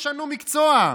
תשנו מקצוע,